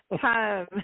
time